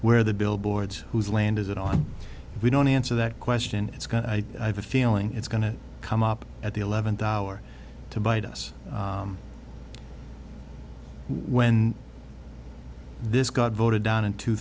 where the billboards whose land is it on we don't answer that question it's going to i have a feeling it's going to come up at the eleventh hour to bite us when this got voted down in two